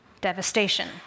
devastation